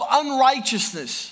unrighteousness